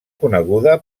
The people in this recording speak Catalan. coneguda